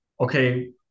okay